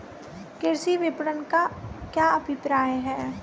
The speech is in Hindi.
कृषि विपणन का क्या अभिप्राय है?